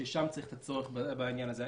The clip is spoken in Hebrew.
ששם יש צורך בעניין הזה.